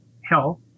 health